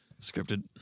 Scripted